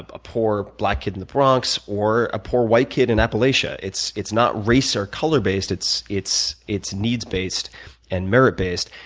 a poor black kid in the bronx, or a poor white kid in appalachia, it's it's not race or color based, it's it's needs based and merit based.